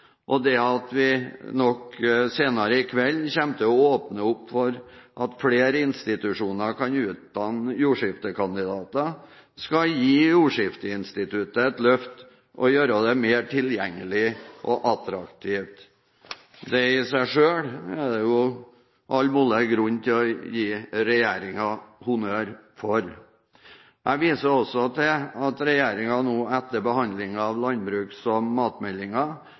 og det at vi nok senere i kveld kommer til å åpne opp for at flere institusjoner kan utdanne jordskiftekandidater, skal gi jordskifteinstituttet et løft og gjøre det mer tilgjengelig og attraktivt. Det i seg selv er det all mulig grunn til å gi regjeringen honnør for. Jeg viser også til at regjeringen nå, etter behandlingen av landbruks- og